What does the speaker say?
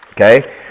Okay